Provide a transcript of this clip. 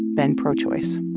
been pro-choice.